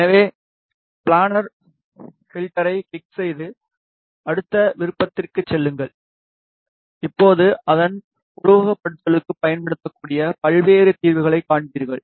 எனவே பிளானர் ஃப்ல்டரை கிளிக் செய்து அடுத்த விருப்பத்திற்குச் செல்லுங்கள் இப்போது அதன் உருவகப்படுத்துதல்களுக்குப் பயன்படுத்தக்கூடிய பல்வேறு தீர்வுகளைக் காண்பீர்கள்